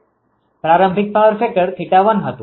પ્રારંભિક power factor 𝜃1 હતું